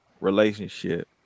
relationship